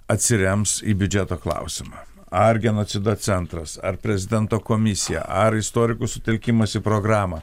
atsirems į biudžeto klausimą ar genocido centras ar prezidento komisija ar istorikų sutelkimas į programą